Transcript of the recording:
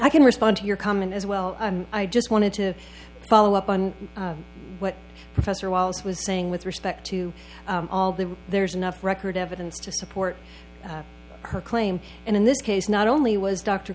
i can respond to your comment as well i just wanted to follow up on what professor wallace was saying with respect to all the there's enough record evidence to support her claim and in this case not only was dr